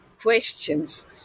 questions